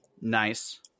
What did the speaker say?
Nice